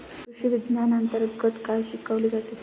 कृषीविज्ञानांतर्गत काय शिकवले जाते?